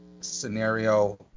scenario